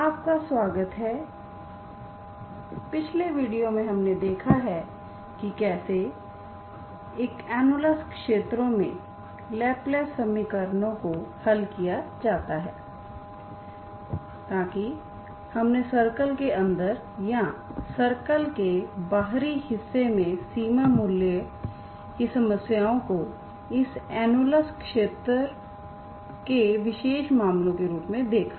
आपका स्वागत है पिछले वीडियो में हमने देखा है कि कैसे एक एनलस क्षेत्रों में लैपलेस समीकरण को हल किया जाता है ताकि हमने सर्कल के अंदर या सर्कल के बाहरी हिस्से में सीमा मूल्य की समस्याओं को इस एनलस क्षेत्रों के विशेष मामलों के रूप में देखा